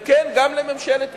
וכן, גם לממשלת ישראל,